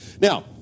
Now